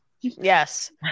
Yes